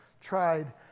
tried